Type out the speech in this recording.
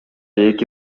эки